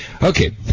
Okay